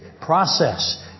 process